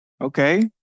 Okay